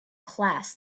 class